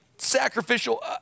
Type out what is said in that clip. sacrificial